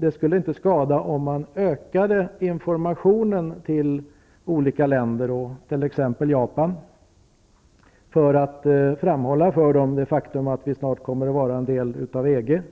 Det skulle inte skada om man ökade informationen till olika länder, t.ex. till Japan, och framhöll att vi med all sannolikhet snart kommer att vara en del av EG